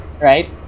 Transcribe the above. right